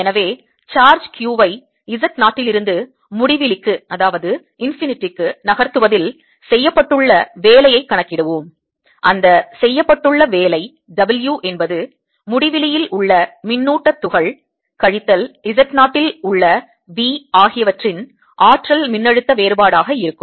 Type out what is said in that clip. எனவே charge q ஐ Z 0 இலிருந்து முடிவிலிக்கு நகர்த்துவதில் செய்யப்பட்டுள்ள வேலையை கணக்கிடுவோம் அந்த செய்யப்பட்டுள்ள வேலை W என்பது முடிவிலியில் உள்ள மின்னூட்ட துகள் கழித்தல் Z 0 இல் உள்ள V ஆகியவற்றின் ஆற்றல் மின்னழுத்த வேறுபாடாக இருக்கும்